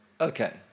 Okay